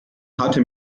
hatte